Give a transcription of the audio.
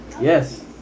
Yes